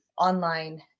online